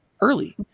early